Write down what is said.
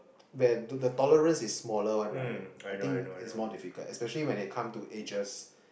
where to the tolerance is smaller one right I think is more difficult especially when it come to edges